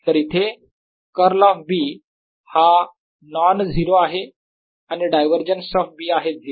तर इथे curl of B हा नॉन झिरो आहे आणि डायवरजन्स ऑफ B आहे 0